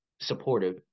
supportive